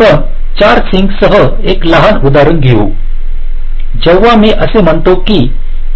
तर आपण 4 सिंकसह एक लहान उदाहरण घेऊ जेव्हा मी असे म्हणतो की